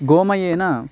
गोमयेन